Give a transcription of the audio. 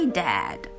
dad